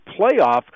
playoff